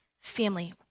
family